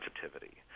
sensitivity